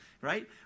right